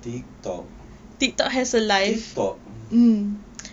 tiktok tiktok